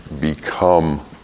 become